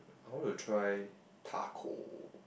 I want to try taco